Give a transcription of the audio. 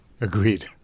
Agreed